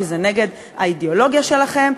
כי זה נגד האידיאולוגיה שלכם.